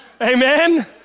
Amen